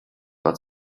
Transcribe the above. but